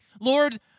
Lord